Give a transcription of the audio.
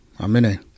Amen